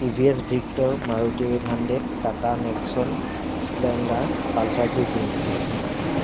TVS victor Maruti eight hundred Tata Nexon splendor Pulser two twenty